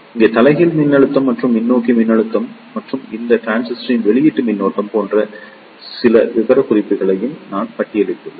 இங்கே தலைகீழ் மின்னழுத்தம் மற்றும் முன்னோக்கி மின்னழுத்தம் மற்றும் இந்த டிரான்சிஸ்டரின் வெளியீட்டு மின்னோட்டம் போன்ற சில விவரக்குறிப்புகளையும் நான் பட்டியலிட்டுள்ளேன்